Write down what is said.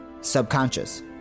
subconscious